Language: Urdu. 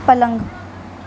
پلنگ